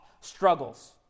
struggles